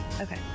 Okay